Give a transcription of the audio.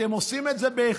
אתם עושים את זה בהיחבא,